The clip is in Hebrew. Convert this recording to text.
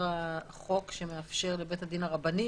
העבירה חוק שמאפשר לבית הדין הרבני